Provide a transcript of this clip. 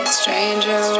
stranger